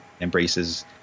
Embraces